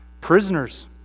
Prisoners